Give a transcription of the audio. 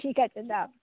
ঠিক আছে দাও